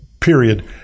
Period